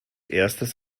erstes